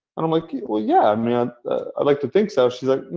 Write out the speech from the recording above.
and i'm like, well, yeah. i mean, i'd like to think so. she